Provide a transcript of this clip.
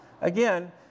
Again